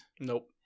Nope